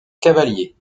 cavalier